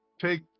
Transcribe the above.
take